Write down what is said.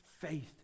faith